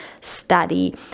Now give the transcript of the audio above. study